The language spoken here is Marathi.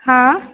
हां